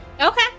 Okay